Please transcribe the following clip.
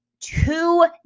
two